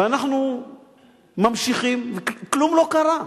ואנחנו ממשיכים וכלום לא קרה.